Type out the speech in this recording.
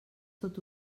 tot